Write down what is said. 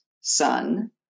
son